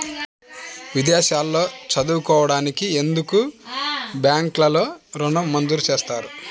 విదేశాల్లో చదువుకోవడానికి ఎందుకు బ్యాంక్లలో ఋణం మంజూరు చేస్తుంది?